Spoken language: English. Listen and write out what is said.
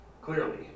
Clearly